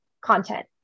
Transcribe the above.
content